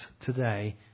today